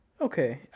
Okay